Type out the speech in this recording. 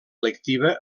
lectiva